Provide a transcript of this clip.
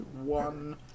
one